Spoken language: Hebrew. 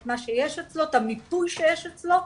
את המיפוי שיש אצלו,